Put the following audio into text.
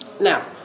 Now